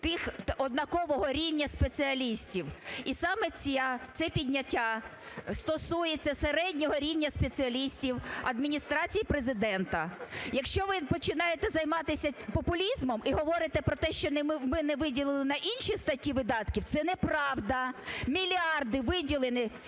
тих… однакового рівня спеціалістів і саме це підняття стосується середнього рівня спеціалістів Адміністрації Президента. Якщо ви починаєте займатися популізмом і говорите про те, що ми не виділили на інші статті видатків, це неправда. Мільярди виділені